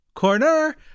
corner